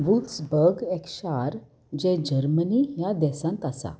Wolfsburg एक शार जें जर्मनी ह्या देसांत आसा